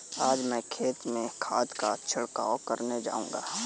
आज मैं खेत में खाद का छिड़काव करने जाऊंगा